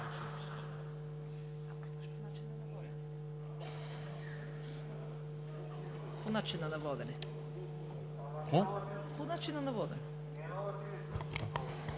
По начина на водене.